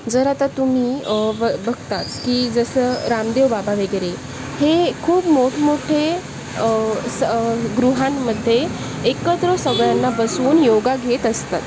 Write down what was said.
जर आता तुम्ही ब बघताच की जसं रामदेवबाबा वगैरे हे खूप मोठमोठे स गृहांमध्ये एकत्र सगळ्यांना बसवून योग घेत असतात